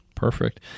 Perfect